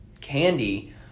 candy